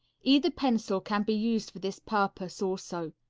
either pencil can be used for this purpose also.